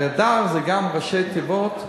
הרי אדר זה גם ראשי תיבות,